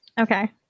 Okay